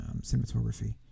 cinematography